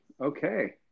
okay